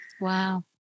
wow